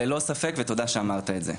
ללא ספק, ותודה שאמרת את זה.